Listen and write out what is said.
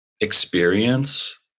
experience